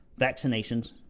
vaccinations